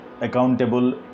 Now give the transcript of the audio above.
Accountable